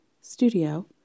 studio